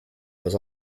was